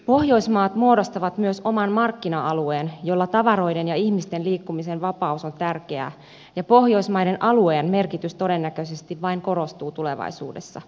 pohjoismaat muodostavat myös oman markkina alueen jolla tavaroiden ja ihmisten liikkumisen vapaus on tärkeää ja pohjoismaiden alueen merkitys todennäköisesti vain korostuu tulevaisuudessa